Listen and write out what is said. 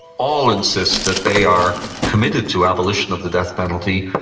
all insisted that they are committed to abolition of the death penalty,